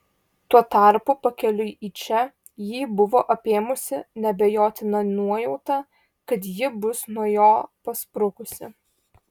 tuo tarpu pakeliui į čia jį buvo apėmusi neabejotina nuojauta kad ji bus nuo jo pasprukusi